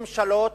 ממשלות,